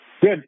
Good